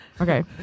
Okay